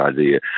idea